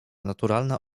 naturalna